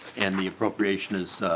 and the appropriation is